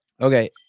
Okay